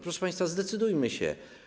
Proszę państwa, zdecydujmy się.